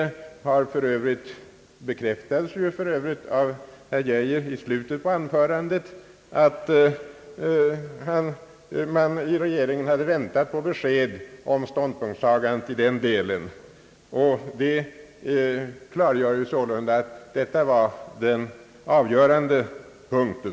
Statsrådet Geijer bekräftade för övrigt i slutet av sitt anförande att regeringen hade väntat på besked om ståndpunktstagandet i den delen, och det klargör ju sålunda att detta var den avgörande punkten.